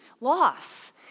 Loss